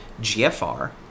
GFR